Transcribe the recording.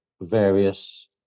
various